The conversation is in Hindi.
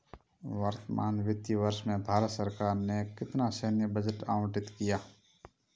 वर्तमान वित्तीय वर्ष में भारत सरकार ने कितना सैन्य बजट आवंटित किया?